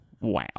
Wow